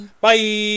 bye